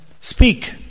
speak